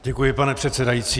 Děkuji, pane předsedající.